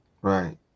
Right